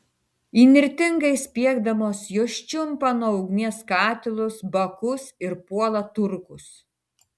įnirtingai spiegdamos jos čiumpa nuo ugnies katilus bakus ir puola turkus